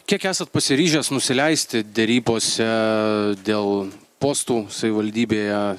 kiek esat pasiryžęs nusileisti derybose dėl postų savivaldybėje